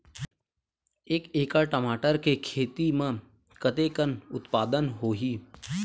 एक एकड़ टमाटर के खेती म कतेकन उत्पादन होही?